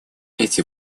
эти